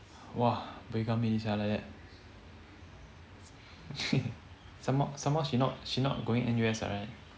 !wah! buay gam eh sia like that somemore somemore she not she not going N_U_S ah right